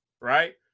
right